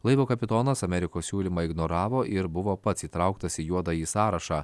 laivo kapitonas amerikos siūlymą ignoravo ir buvo pats įtrauktas į juodąjį sąrašą